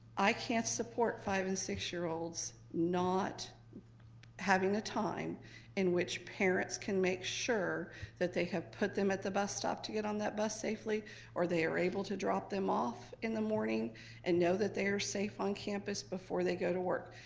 i can't support five and six-year-olds not having a time in which parents can make sure that they have put them at the bus stop to get on that bus safely or they're able to drop them off in the morning and know that they are safe on campus before they go to work.